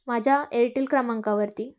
माझ्या एअरटेल क्रमांकावरती